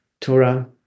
Torah